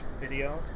videos